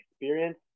experience